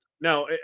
Now